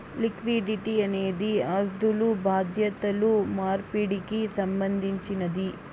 liquidity అనేది ఆస్థులు బాధ్యతలు మార్పిడికి సంబంధించినది